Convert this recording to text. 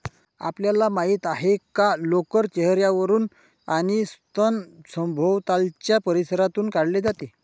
आपल्याला माहित आहे का लोकर चेहर्यावरून आणि स्तन सभोवतालच्या परिसरातून काढले जाते